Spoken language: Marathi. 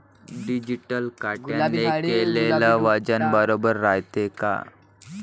डिजिटल काट्याने केलेल वजन बरोबर रायते का?